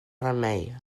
remei